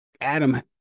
Adam